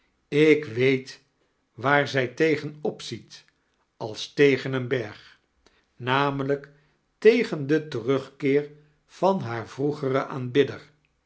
ik weet waar zij tegen opziet als tegen een beirg n l tegen den tei-ugkeetr van haar vroegeren aanbidder